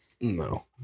No